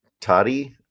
toddy